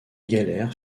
galères